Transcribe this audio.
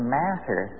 matter